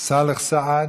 סאלח סעד,